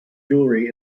jewelery